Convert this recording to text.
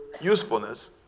usefulness